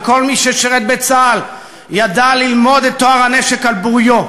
וכל מי ששרת בצה"ל ידע ללמוד את טוהר הנשק על בוריו,